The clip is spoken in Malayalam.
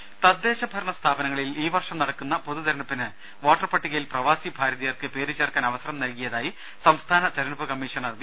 രുദ തദ്ദേശ ഭരണസ്ഥാപനങ്ങളിൽ ഈ വർഷം നടക്കുന്ന പൊതു തെരഞ്ഞെടുപ്പിന് വോട്ടർപട്ടികയിൽ പ്രവാസി ഭാരതീയർക്ക് പേരു ചേർക്കാൻ അവസരം നൽകിയതായി സംസ്ഥാന തെരഞ്ഞെടുപ്പ് കമ്മീഷണർ വി